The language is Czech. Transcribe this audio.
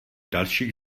dalších